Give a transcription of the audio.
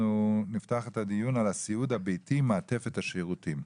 אז אנחנו נפתח את הדיון בנושא ״הסיעוד הביתי - מעטפת השירותים״.